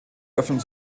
öffnung